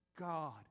God